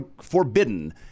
forbidden